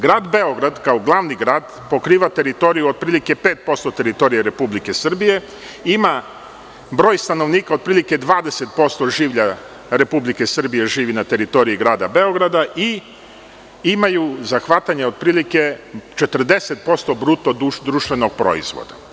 Grad Beograd kao glavni grad pokriva otprilike 5% teritorije Republike Srbije i ima broj stanovnika otprilike 20% življa Republike Srbije živi na teritoriji grada Beograda i imaju zahvatanja otprilike 40% bruto društvenog proizvoda.